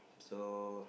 so